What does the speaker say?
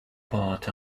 part